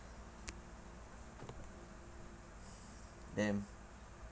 damn